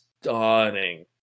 stunning